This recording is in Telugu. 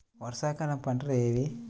వర్షాకాలం పంటలు ఏవి?